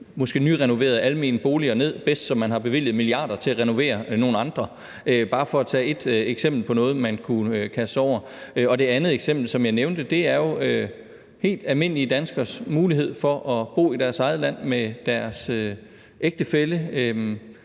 måske nyrenoverede almene boliger ned, bedst som man har bevilget milliarder til at renovere nogle andre – bare for at tage et eksempel på noget, man kunne kaste sig over. Det andet eksempel, som jeg nævnte, er jo helt almindelige danskeres mulighed for at bo i deres eget land med deres ægtefælle.